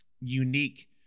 unique